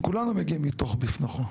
כולנו מגיעים מתוך בפנים,